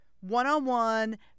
one-on-one